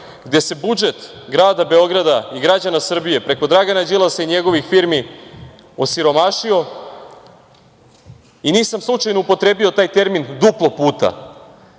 gde se budžet grada Beograda i građana Srbije, preko Dragana Đilasa i njegovih firmi, osiromašio. Nisam slučajno upotrebio taj termin duplo puta.